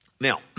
Now